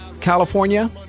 California